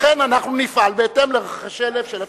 לכן נפעל בהתאם לרחשי הלב של הציבור.